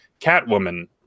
Catwoman